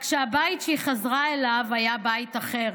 רק שהבית שהיא חזרה אליו היה בית אחר,